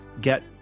get